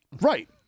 right